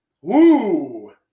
Woo